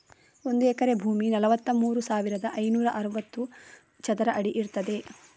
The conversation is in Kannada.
ಒಂದು ಎಕರೆ ಭೂಮಿ ನಲವತ್ತಮೂರು ಸಾವಿರದ ಐನೂರ ಅರವತ್ತು ಚದರ ಅಡಿ ಇರ್ತದೆ